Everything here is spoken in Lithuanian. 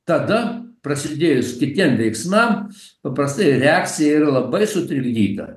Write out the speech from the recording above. tada prasidėjus kitiem veiksmam paprastai reakcija yra labai sutrikdyta